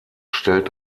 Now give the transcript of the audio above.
stellt